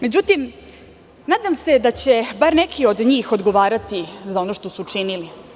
Međutim, nadam se da će bar neki od njih odgovarati za ono što su činili.